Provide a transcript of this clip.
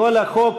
כל החוק,